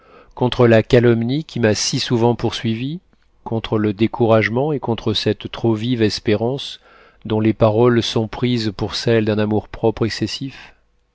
contre la calomnie qui m'a si souvent poursuivi contre le découragement et contre cette trop vive espérance dont les paroles sont prises pour celles d'un amour-propre excessif